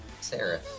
Sarah